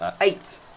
Eight